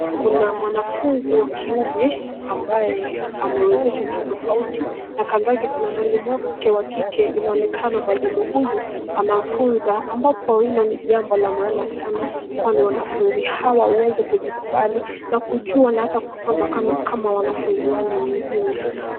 Kuna mwanafunzi wa kiume ambaye amewezeshwa kitofauti na kando yake kuna mwalimu wake wa kike inaonekana mwalimu huyu anamfunza ambapo hilo ni jambo la maana kwani wanafunzi hawa hawaeza kujikubali na kujua na hata kusoma kama wanafunzi wale wengine.